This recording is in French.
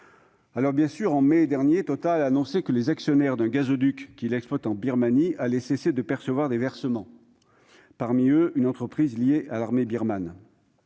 putschistes. En mai dernier, Total a annoncé que les actionnaires d'un gazoduc qu'il exploite en Birmanie allaient cesser de percevoir des versements- parmi eux figure une entreprise liée à l'armée birmane.